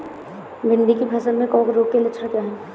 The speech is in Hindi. भिंडी की फसल में कवक रोग के लक्षण क्या है?